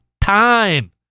time